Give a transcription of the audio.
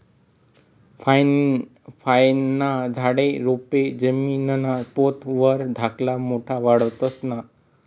फयेस्ना झाडे, रोपे जमीनना पोत वर धाकला मोठा वाढतंस ना?